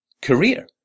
career